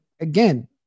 again